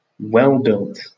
well-built